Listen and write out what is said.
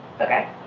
Okay